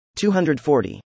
240